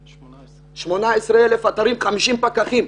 18,000. 18,000 אתרים חל-50 פקחים.